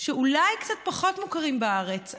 שאולי קצת פחות מוכרים בארץ,